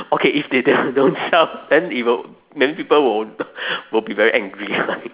okay if they don't sell then it will then people will will be very angry